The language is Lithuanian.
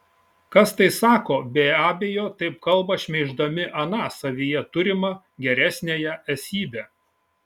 kas tai sako be abejo taip kalba šmeiždami aną savyje turimą geresniąją esybę